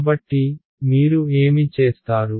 కాబట్టి మీరు ఏమి చేస్తారు